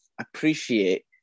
appreciate